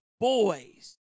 Boys